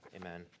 Amen